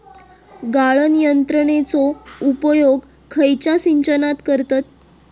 गाळण यंत्रनेचो उपयोग खयच्या सिंचनात करतत?